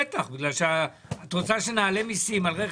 כי את רוצה שנעלה מסים על רכב,